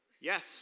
Yes